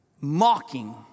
Mocking